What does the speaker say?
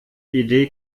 idee